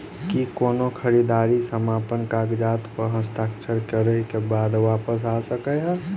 की कोनो खरीददारी समापन कागजात प हस्ताक्षर करे केँ बाद वापस आ सकै है?